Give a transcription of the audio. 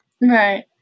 right